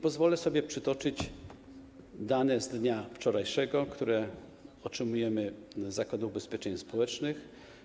Pozwolę sobie przytoczyć dane z dnia wczorajszego, które otrzymaliśmy z Zakładu Ubezpieczeń Społecznych.